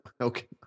Okay